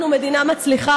אנחנו מדינה מצליחה,